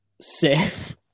safe